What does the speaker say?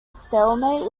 stalemate